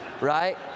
Right